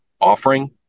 offering